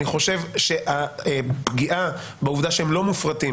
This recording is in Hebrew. אני חושב שהפגיעה בעובדה שהם לא מופרטים